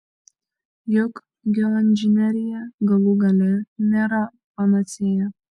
juk geoinžinerija galų gale nėra panacėja